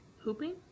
pooping